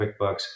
QuickBooks